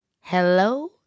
Hello